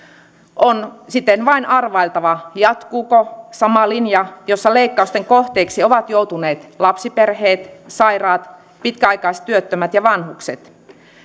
on siten vain arvailtava jatkuuko sama linja jossa leikkausten kohteiksi ovat joutuneet lapsiperheet sairaat pitkäaikaistyöttömät ja vanhukset